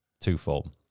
twofold